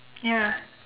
ya